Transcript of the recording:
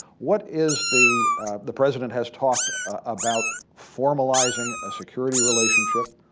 what is the the president has talked about formalizing a security relationship?